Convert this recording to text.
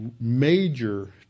major